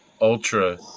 Ultra